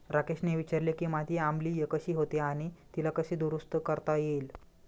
राकेशने विचारले की माती आम्लीय कशी होते आणि तिला कसे दुरुस्त करता येईल?